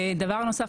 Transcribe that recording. דבר נוסף,